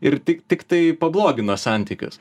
ir tik tiktai pablogina santykius